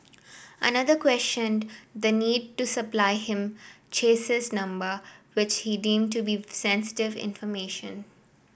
another questioned the need to supply him chassis number which he deemed to be sensitive information